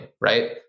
right